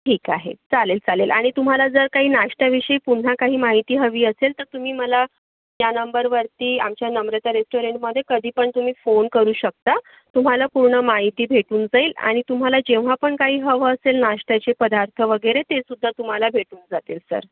ठीक आहे चालेल चालेल आणि तुम्हाला जर काही नाष्ट्याविषयी पुन्हा काही माहिती हवी असेल तर तुम्ही मला या नंबरवरती आमच्या नम्रता रेस्टॉरंटमध्ये कधीपण तुम्ही फोन करू शकता तुम्हाला पूर्ण माहिती भेटून जाईल आणि तुम्हाला जेव्हा पण काही हवं असेल नाष्ट्याचे पदार्थ वगैरे ते सुद्धा तुम्हाला भेटून जातील सर